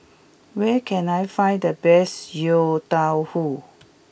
where can I find the best Yong Tau Foo